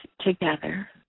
together